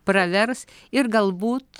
pravers ir galbūt